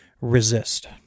resist